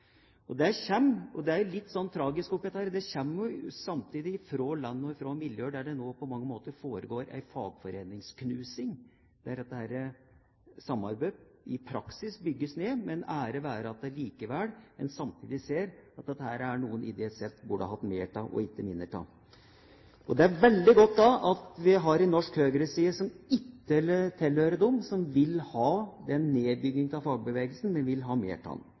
og ikke mindre av. De kommer samtidig – og det er det tragiske oppi dette – fra land og miljøer der det nå på mange måter foregår en fagforeningsknusing, der dette samarbeidet i praksis bygges ned. Ære være dem som likevel samtidig ser at dette er noe en ideelt sett burde hatt mer av og ikke mindre av. Det er veldig godt at vi har en norsk høyreside som ikke tilhører dem som vil ha en nedbygging av fagbevegelsen, men vil ha mer